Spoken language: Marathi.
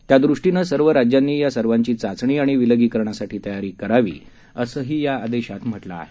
त्यादृष्टीनं सर्व राज्यांनी या सर्वांची चाचणी आणि विलगीकरणासाठी तयारी करावी असंही या आदेशात म्हटलं आहे